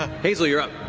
hazel, you're up.